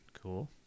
Cool